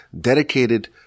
dedicated